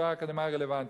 תואר אקדמאי רלוונטי).